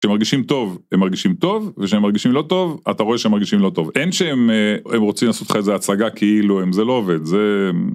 כשהם מרגישים טוב, הם מרגישים טוב, וכשהם מרגישים לא טוב, אתה רואה שהם מרגישים לא טוב. אין שהם רוצים לעשות לך את זה הצגה, כאילו אם זה לא עובד, זה...